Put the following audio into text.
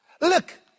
Look